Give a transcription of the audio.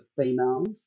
females